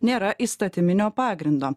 nėra įstatyminio pagrindo